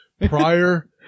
Prior